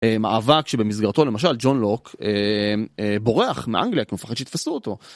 מאבק שבמסגרתו למשל ג'ון לוק בורח מאנגליה כי הוא מפחד שיתפסו אותו.